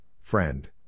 friend